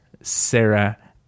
Sarah